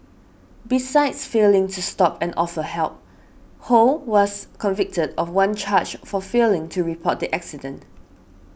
besides failing to stop and offer help Ho was convicted of one charge for failing to report the accident